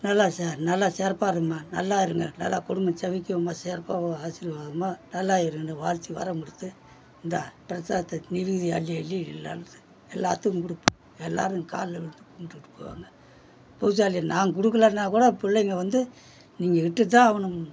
நல்லா ச நல்லா சிறப்பா இருக்கும்மா நல்லா இருங்க நல்லா குடும்பம் செழிக்கும் சிறப்பாக ஆசீர்வாதமும் நல்லா இருன்னு வாழ்த்தி வரம் கொடுத்து இந்தா பிரசாதத்தை விபூதி அள்ளி அள்ளி எல்லாேரும் எல்லாேத்துக்கும் கொடுப்போம் எல்லாேரும் காலில் விழுந்து கும்பிட்டு போவாங்க பூசாரி நான் கொடுக்கலனா கூட பிள்ளைங்க வந்து நீங்கள் இட்டு தான் ஆகணும்